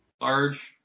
Large